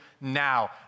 now